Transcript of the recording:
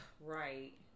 right